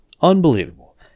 Unbelievable